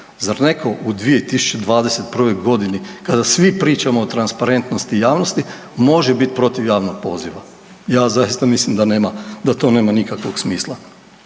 Zar netko u 2021. g. kada svi pričamo o transparentnosti i javnosti, može biti protiv javnog poziva? Ja zaista mislim da to nema nikakvog smisla.